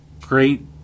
great